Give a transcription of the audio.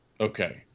Okay